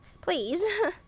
Please